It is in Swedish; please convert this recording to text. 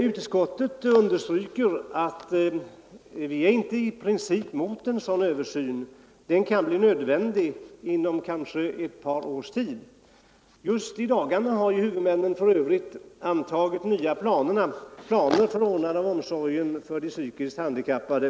Utskottet understryker emellertid att vi inte i princip är emot en sådan — Nr 120 översyn. Den kan bli nödvändig kanske inom ett par års tid. Just i dagarna Onsdagen den har huvudmännen för övrigt antagit nya planer för att ordna omsorgen 13 november 1974 om de psykiskt handikappade.